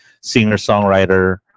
singer-songwriter